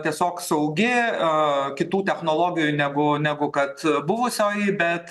tiesiog saugi a kitų technologijų negu negu kad buvusioj bet